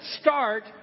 start